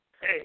hey